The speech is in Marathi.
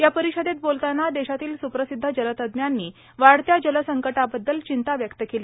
या परिषदेत बोलताना देशातील स्रुप्रसिद्ध जलतज्ञांनी वाढत्या जल संकटाबद्दल चिंता व्यक्त केली